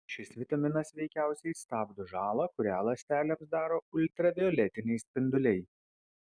šis vitaminas veikiausiai stabdo žalą kurią ląstelėms daro ultravioletiniai spinduliai